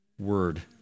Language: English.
word